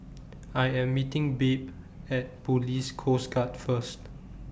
I Am meeting Babe At Police Coast Guard First